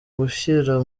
gushyira